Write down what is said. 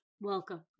Welcome